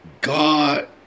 God